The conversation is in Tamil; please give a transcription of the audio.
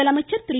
முதலமைச்சர் திரு